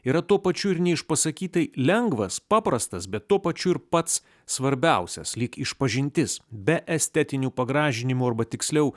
yra tuo pačiu ir neišpasakytai lengvas paprastas bet tuo pačiu ir pats svarbiausias lyg išpažintis be estetinių pagražinimų arba tiksliau